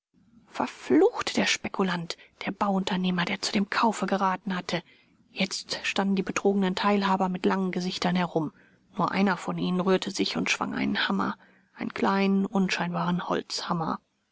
verflucht der spekulant der bauunternehmer der zu dem kaufe geraten hatte jetzt standen die betrogenen teilhaber mit langen gesichtern herum nur einer von ihnen rührte sich und schwang einen hammer einen kleinen unscheinbaren holzhammer